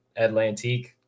Atlantique